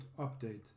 update